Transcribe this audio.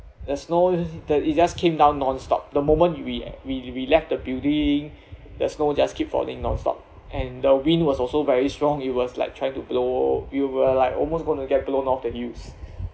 the snow the it just came down nonstop the moment you we we we left the building the snow just keep falling non stop and the wind was also very strong it was like trying to blow we were like almost going to get blown off the hills